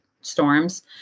storms